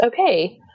okay